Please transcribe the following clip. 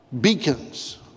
beacons